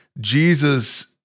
Jesus